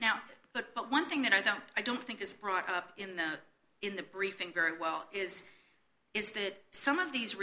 but but one thing that i don't i don't think is brought up in the in the briefing very well is is that some of these